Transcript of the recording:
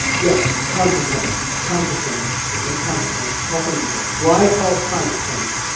yeah, consequence. consequence, okay? consequence. prasangika, why called consequence?